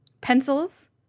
pencils